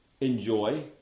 enjoy